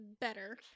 better